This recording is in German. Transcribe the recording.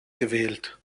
gewählt